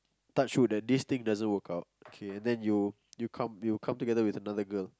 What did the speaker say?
touch wood that this thing doesn't work out K and then you come you come together with another girl